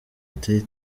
time